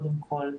קודם כל,